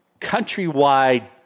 countrywide